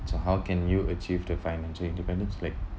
so how can you achieve the financial independent like